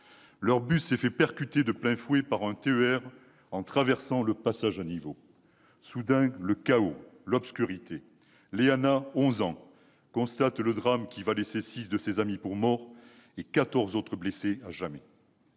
Leur bus s'est fait percuter de plein fouet par un TER en traversant le passage à niveau. Soudain, le chaos, l'obscurité ... Léana, onze ans, constate le drame : six de ses amis sont morts, quatorze autres blessés à jamais